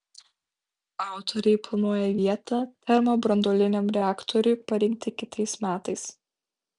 autoriai planuoja vietą termobranduoliniam reaktoriui parinkti kitais metais